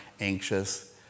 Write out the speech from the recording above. anxious